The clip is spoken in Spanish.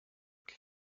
que